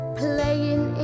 playing